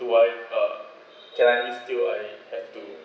do I uh can I miss still like have to